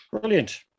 brilliant